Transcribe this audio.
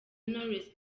knowless